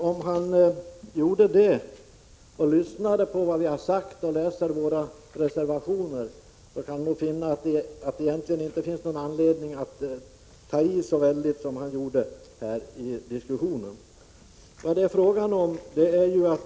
Om Bo Forslund hade lyssnat på vad vi säger och läst våra reservationer, kunde han finna att det inte finns någon anledning att ta i så väldigt hårt som han gjorde.